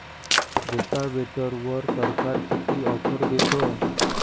रोटावेटरवर सरकार किती ऑफर देतं?